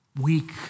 weak